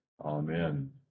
Amen